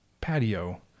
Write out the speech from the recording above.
patio